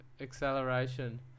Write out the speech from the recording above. acceleration